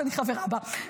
שאני חברה בה,